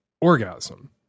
orgasm